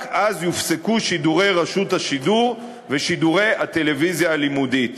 רק אז יופסקו שידורי רשות השידור ושידורי הטלוויזיה הלימודית.